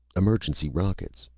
emergency rockets.